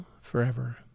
forever